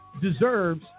deserves